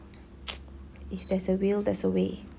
if there's a will there's a way